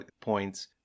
points